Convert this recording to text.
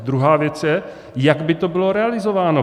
Druhá věc je, jak by to bylo realizováno.